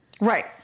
right